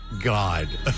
God